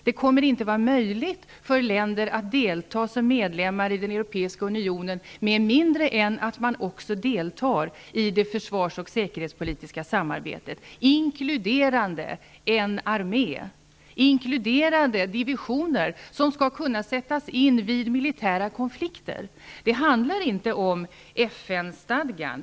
Det kommer inte att vara möjligt för länder att delta som medlemmar i den europeiska unionen med mindre än att man också deltar i det försvars och säkerhetspolitiska samarbetet, inkluderande en armé, inkluderande divisioner som skall kunna sättas in vid militära konflikter. Det handlar inte om FN-stadgan.